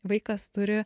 vaikas turi